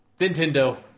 Nintendo